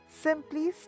simply